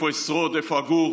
איפה אשרוד, איפה אגור?